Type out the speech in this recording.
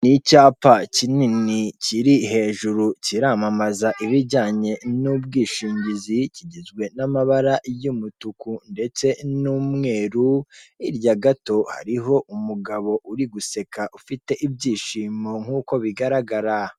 Ni icyapa kinini kiri hejuru kiramamaza ibijyanye n'ubwishingizi kigizwe n'amabara y'umutuku ndetse n'umweru, hirya gato hariho umugabo uri guseka ufite ibyishimo nk'uko bigaragara.